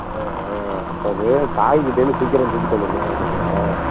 ஆ ஆ அப்போ அது தாய்க்கிட்டேந்து சீக்கிரம் தூக்கிகிட்டு வந்துருப்பாங்கன்னு நினைக்கிறேன்